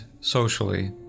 socially